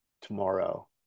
tomorrow